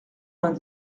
vingt